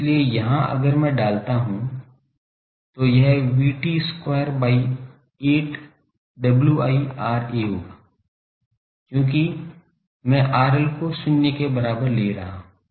इसलिए यहां अगर मैं डालता हूं तो यह VT square by 8 Wi Ra होगा क्योंकि मैं RL को शून्य के बराबर ले रहा हूं